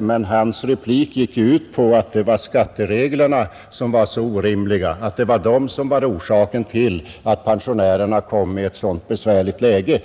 men hans replik gick ju ut på att skattereglerna var orimliga och att de var orsaken till att pensionärerna kom i ett så besvärligt läge.